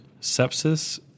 sepsis